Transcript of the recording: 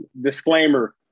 disclaimer